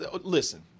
listen